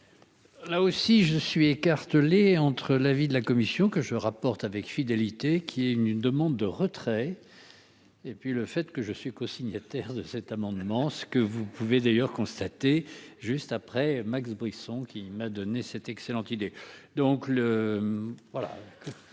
Là aussi je suis écartelé entre l'avis de la commission que je rapporte avec fidélité, qui est une demande de retrait et puis le fait que je suis co-signataire de cet amendement, ce que vous pouvez d'ailleurs constaté juste après Max Brisson, qui m'a donné cette excellente idée,